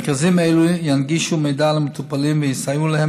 מרכזים אלה ינגישו מידע למטופלים ויסייעו להם